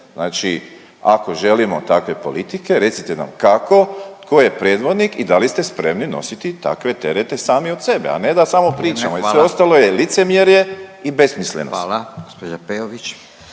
Znači ako želimo takve politike recite nam kako, tko je predvodnik i da li ste spremni nositi i takve terete sami od sebe, a ne da samo pričamo … …/Upadica Furio Radin: Vrijeme, hvala./… … jer